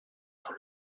dans